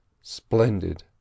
splendid